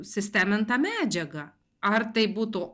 sistemintą medžiagą ar tai būtų